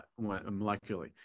molecularly